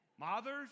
Mothers